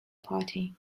party